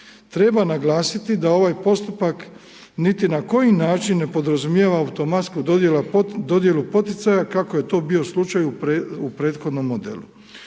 Treba naglasiti da ovaj postupak niti na koji način ne podrazumijeva automatsku dodjelu poticaja kako je to bio slučaj u prethodnom modelu.